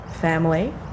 family